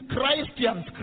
Christians